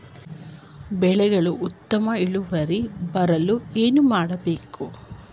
ಬೆಳೆಗಳ ಉತ್ತಮ ಇಳುವರಿ ಬರಲು ಏನು ಮಾಡಬೇಕು?